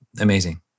amazing